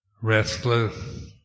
restless